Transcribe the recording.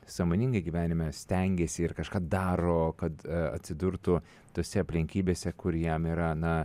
sąmoningai gyvenime stengiasi ir kažką daro kad atsidurtų tose aplinkybėse kur jam yra na